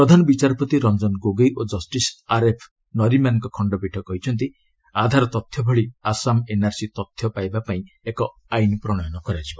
ପ୍ରଧାନ ବିଚାରପତି ରଞ୍ଜନ ଗୋଗୋଇ ଓ justice R F ନରିମ୍ୟାନଙ୍କ ଖଣ୍ଡପୀଠ କହିଛନ୍ତି ଆଧାର ତଥ୍ୟ ଭଳି ଆସାମ ଏନ୍ଆର୍ସି ତଥ୍ୟ ପାଇବାପାଇଁ ଏକ ଆଇନ ପ୍ରଣୟନ କରାଯିବ